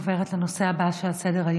ברשותכם, אני עוברת לנושא הבא על סדר-היום,